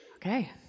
Okay